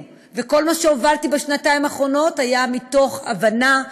וכל מה שהובלתי בשנתיים האחרונות היה מתוך הבנה,